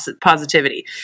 positivity